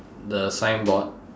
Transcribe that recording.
the signboard